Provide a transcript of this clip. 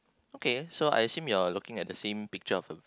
okay so I assume you are looking at the same picture of the